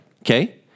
Okay